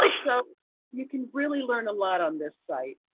like so you can really learn a lot on this site.